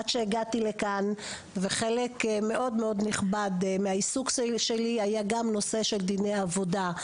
עד שהגעתי לכאן וחלק גדול מאוד מהעיסוק שלי היה גם בתחום של דיני עבודה,